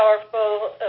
powerful